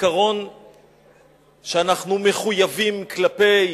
כזיכרון שאנחנו מחויבים לו כלפי